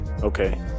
Okay